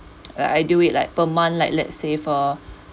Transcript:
like I do it like per month like let's say for